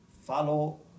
follow